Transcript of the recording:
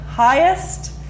Highest